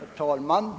Herr talman!